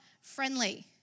friendly